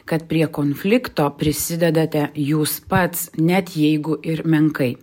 kad prie konflikto prisidedate jūs pats net jeigu ir menkai